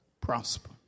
prosper